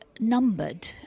numbered